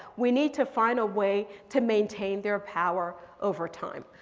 we need to find a way to maintain their power over time.